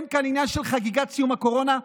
אין כאן עניין של חגיגת סיום הקורונה,